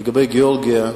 לגבי גאורגיה,